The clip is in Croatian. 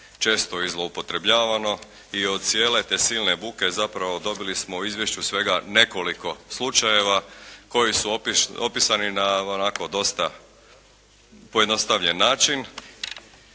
često i zloupotrebljavano i od cijele te silne buke zapravo dobili smo u izvješću svega nekoliko slučajeva koji su opisani na onako dosta pojednostavljen način